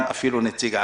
לא.